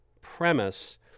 premise